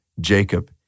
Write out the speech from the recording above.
Jacob